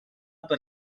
per